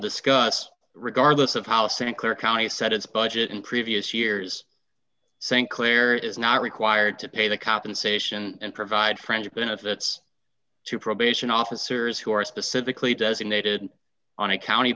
discuss regardless of how st clair county said its budget in previous years st clair is not required to pay the compensation and provide friendship benefits to probation officers who are specifically designated on a county